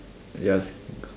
yes